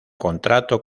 contrato